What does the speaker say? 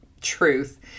truth